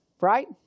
right